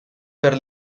per